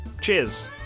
cheers